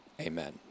Amen